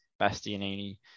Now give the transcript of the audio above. Bastianini